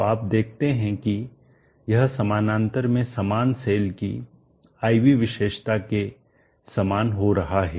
तो आप देखते हैं कि यह समानांतर में समान सेल की I V विशेषता के समान हो रहा है